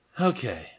Okay